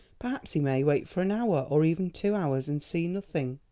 perhaps he may wait for an hour or even two hours and see nothing,